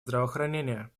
здравоохранения